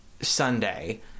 Sunday